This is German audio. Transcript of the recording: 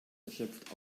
erschöpft